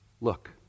look